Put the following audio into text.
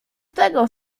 tego